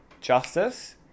justice